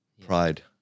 Pride